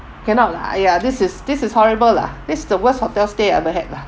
cannot lah !aiya! this is this is horrible lah this the worst hotel's stay I ever had lah